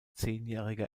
zehnjähriger